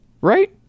right